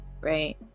right